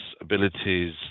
abilities